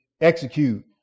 execute